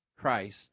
Christ